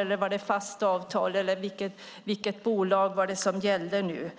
eller fast avtal och vilket bolag var det som gällde nu?